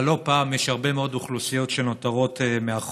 אבל לא פעם יש הרבה מאוד אוכלוסיות שנותרות מאחור.